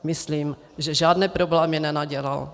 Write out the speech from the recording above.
Myslím, že žádné problémy nenadělal.